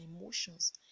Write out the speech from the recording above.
emotions